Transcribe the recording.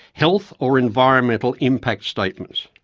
health or environmental impact statements.